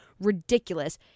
ridiculous